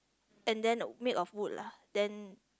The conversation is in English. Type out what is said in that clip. and then made of wood lah then